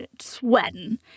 sweating